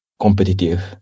competitive